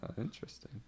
Interesting